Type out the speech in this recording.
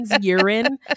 urine